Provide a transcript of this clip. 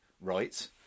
right